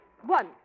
one